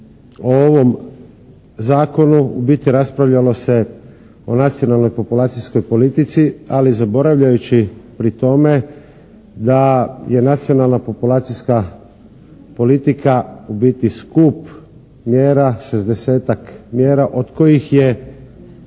o ovom zakonu u biti raspravljalo se o nacionalnoj populacijskoj politici, ali zaboravljajući pri tome da je nacionalna populacijska politika u biti skup mjera, 60-tak mjera od kojih je